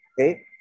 okay